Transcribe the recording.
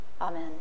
Amen